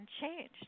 changed